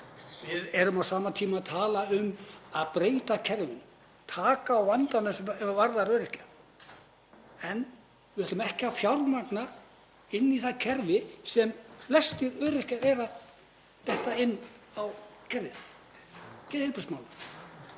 Við erum á sama tíma að tala um að breyta kerfinu, taka á vandanum sem varðar öryrkja, en við ætlum ekki að fjármagna það kerfi sem flestir öryrkjar eru að detta inn í, geðheilbrigðismálin.